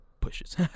pushes